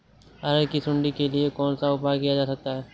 अरहर की सुंडी के लिए कौन सा उपाय किया जा सकता है?